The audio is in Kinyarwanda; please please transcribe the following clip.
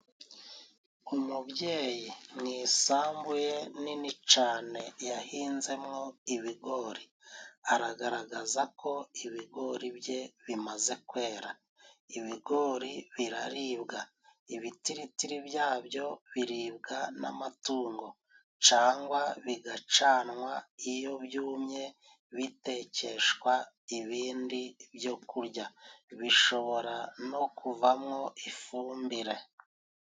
Umubyeyi mu isambu nini cane yahinzemwo ibigori，aragaragaza ko ibigori bye bimaze kwera. Ibigori biraribwa ibitiritiri byabyo biribwa n'amatungo cangwa， bigacanwa， iyo byumye bitekeshwa ibindi byo kurya bishobora no kuvamwo ifumbire.